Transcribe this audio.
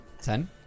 Ten